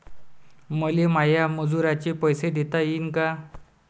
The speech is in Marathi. मले माया मजुराचे पैसे देता येईन का?